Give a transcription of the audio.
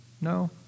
No